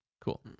Cool